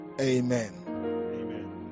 Amen